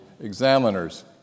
examiners